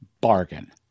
bargain